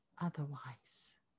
otherwise